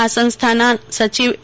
આ સંસ્થા ના સચિવ એ